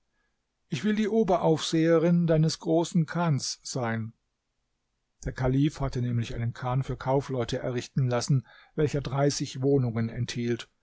ich will die oberaufseherin deines großen chans sein der kalif hatte nämlich einen chan für kaufleute errichten lassen welcher dreißig wohnungen enthielt